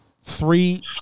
three